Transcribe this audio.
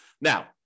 Now